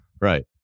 right